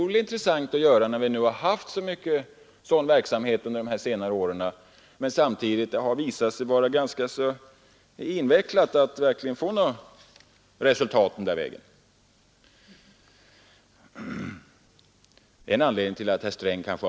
Eftersom vi haft så mycket av sådan verksamhet under de senare åren men det samtidigt visat sig vara ganska invecklat och svårt att få något resultat på denna väg, vore det intressant med ett klargörande.